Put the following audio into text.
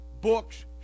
books